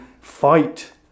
fight